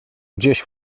gdzieś